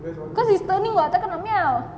cause it's turning [what] tak kan nak meow